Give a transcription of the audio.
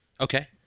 Okay